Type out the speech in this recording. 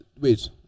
wait